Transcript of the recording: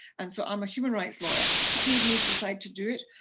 and so i'm a human rights lawyer, what made me decide to do it?